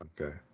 Okay